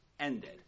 ended